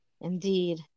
Indeed